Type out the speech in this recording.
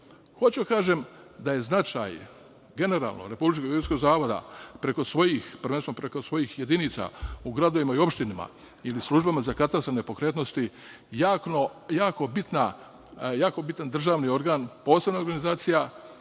da kažem da je značaj generalno Republičkog geodetskog zavoda, preko svojih prvenstveno jedinica u gradovima i opštinama ili službama za katastar nepokretnosti, jako bitan državni organ, posebna organizacija